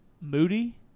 Moody